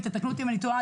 ותתקנו אותי אם אני טועה,